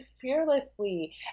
fearlessly